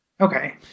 Okay